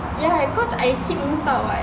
ya cause I keep muntah [what]